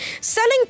selling